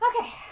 Okay